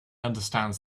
understands